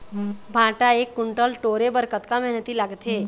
भांटा एक कुन्टल टोरे बर कतका मेहनती लागथे?